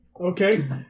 Okay